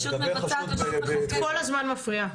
רשות מבצעת, רשות מחוקקת את כל הזמן מפריעה.